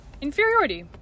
inferiority